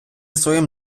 своїм